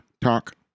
talk